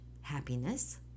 happiness